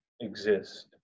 exist